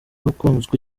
wakunzwe